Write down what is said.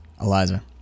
Eliza